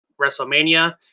WrestleMania